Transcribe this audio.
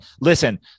Listen